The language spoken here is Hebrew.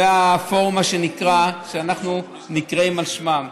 זה הפורום שאנחנו נקראים על שמם,